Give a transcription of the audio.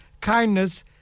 kindness